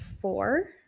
four